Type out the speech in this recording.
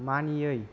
मानियै